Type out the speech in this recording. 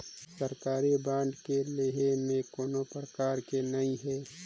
सरकारी बांड के लेहे में कोनो परकार के नइ हे